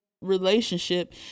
relationship